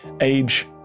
age